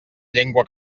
llengua